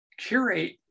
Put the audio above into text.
curate